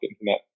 Internet